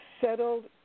settled